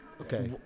okay